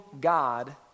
God